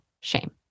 shame